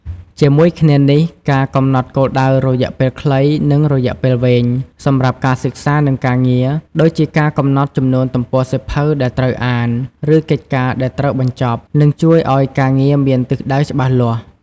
ជាមួយគ្នានេះ ការកំណត់គោលដៅរយៈពេលខ្លី និងរយៈពេលវែង សម្រាប់ការសិក្សា និងការងារ ដូចជាការកំណត់ចំនួនទំព័រសៀវភៅដែលត្រូវអាន ឬកិច្ចការដែលត្រូវបញ្ចប់ នឹងជួយឲ្យការងារមានទិសដៅច្បាស់លាស់។